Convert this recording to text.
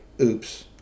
oops